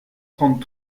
trente